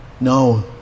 No